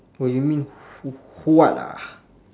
oh you mean hu~ huat ah